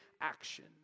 action